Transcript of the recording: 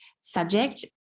subject